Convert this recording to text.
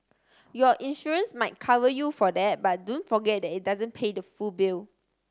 your insurance might cover you for that but don't forget that it doesn't pay the full bill